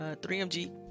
3MG